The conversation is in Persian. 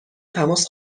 تماس